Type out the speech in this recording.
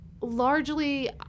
largely